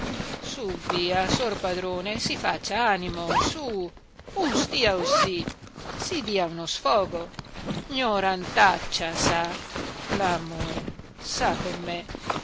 su via sor padrone si faccia animo su un stia osì si dia uno sfogo gnorantaccia sa lamore sa comè